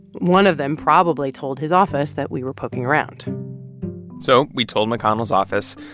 one of them probably told his office that we were poking around so we told mcconnell's office,